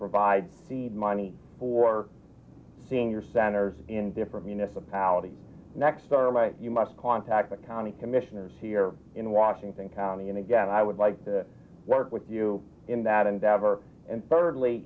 provide seed money for senior centers in different municipalities next aright you must contact the county commissioners here in washington county and again i would like to work with you in that endeavor and third